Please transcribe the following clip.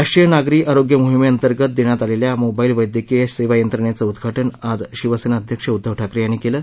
राष्ट्रीय नागरी आरोग्य मोहिमे अंतर्गत देण्यात आलेल्या मोबाईल वैद्यकिय सेवा यंत्रणेचं उद्घाटन आज शिवसेना अध्यक्ष उद्दव ठाकरे यांनी केलं